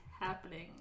happening